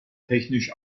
technisch